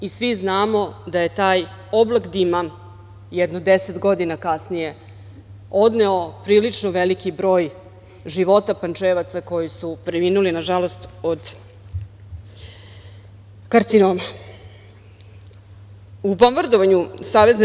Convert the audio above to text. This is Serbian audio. Svi znamo da je taj oblak dima jedno 10 godina kasnije odneo prilično veliki broj života Pančevaca koji su preminuli, nažalost od karcinoma.